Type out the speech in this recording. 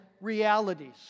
realities